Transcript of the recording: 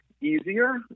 easier